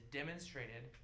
demonstrated